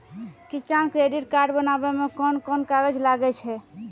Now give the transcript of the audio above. किसान credit card बनाबै मे कोन कोन कागज लागै छै?